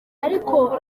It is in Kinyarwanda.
ariko